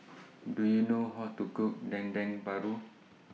Do YOU know How to Cook Dendeng Paru